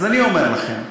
אז אני אומר לכם,